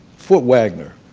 fort wagner,